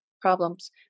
problems